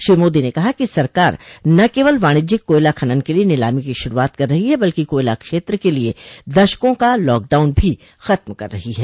श्री मोदी ने कहा कि सरकार न केवल वाणिज्यिक कोयला खनन के लिए नीलामी की शुरूआत कर रही है बल्कि कोयला क्षेत्र के लिए दशकों का लॉकडाउन भी खत्म कर रही है